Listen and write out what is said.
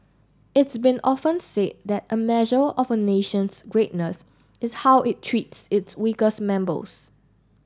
it's been often said that a measure of a nation's greatness is how it treats its weakest members